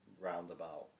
roundabout